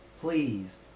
please